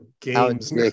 Games